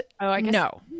no